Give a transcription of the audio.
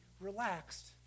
relaxed